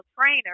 trainer